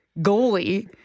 goalie